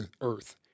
earth